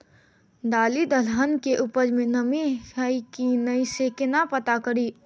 दालि दलहन केँ उपज मे नमी हय की नै सँ केना पत्ता कड़ी?